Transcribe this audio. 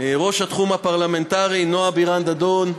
ראש התחום הפרלמנטרי נועה בירן דדון,